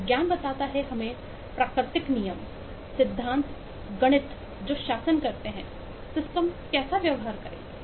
विज्ञान बताता है हमें प्राकृतिक नियम सिद्धांत गणित जो शासन करते हैं सिस्टम कैसे व्यवहार करेंगे